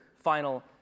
final